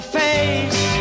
face